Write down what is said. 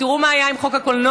תראו מה היה עם חוק הקולנוע,